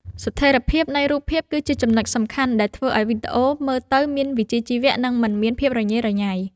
ស្ថេរភាពនៃរូបភាពគឺជាចំណុចសំខាន់ដែលធ្វើឱ្យវីដេអូមើលទៅមានវិជ្ជាជីវៈ និង មិនមានភាពរញ៉េរញ៉ៃ។